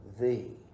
thee